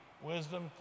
Wisdom